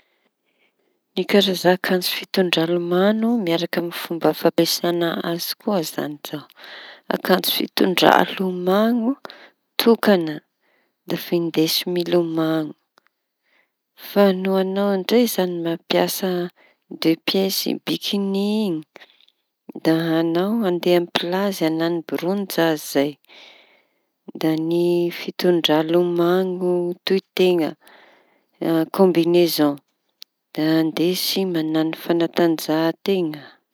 Ny karazaña akanjo fitondra milomaño miaraky amy fomba fampiasaña azy koa zañy zao. Akanjo fitondra lomaño tokaña da findesy milomaño. Fa no añao ndraiky zañy mampiasa de piesy bikiñi iñy da añao mandeha amy plazy hañaño braonzazy zay. Da fitondra lomaño tohiteña a- kaombinaizô andesy mañano fañatanjahan-teña.